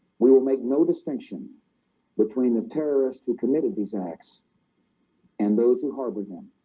we will make no distinction between the terrorists who committed these acts and those who harbor them.